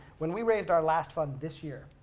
when we raised our last fund this year,